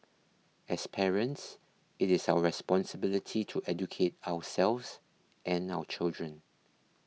as parents it is our responsibility to educate ourselves and our children